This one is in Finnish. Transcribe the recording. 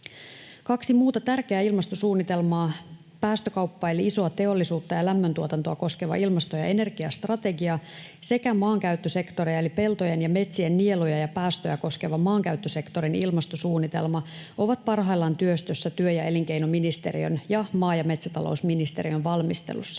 Kaksi muuta tärkeää ilmastosuunnitelmaa, päästökauppaa eli isoa teollisuutta ja lämmöntuotantoa koskeva ilmasto- ja energiastrategia sekä maankäyttösektoria eli peltojen ja metsien nieluja ja päästöjä koskeva maankäyttösektorin ilmastosuunnitelma, ovat parhaillaan työ- ja elinkeinoministeriön ja maa- ja metsätalousministeriön valmistelussa.